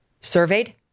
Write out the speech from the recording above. surveyed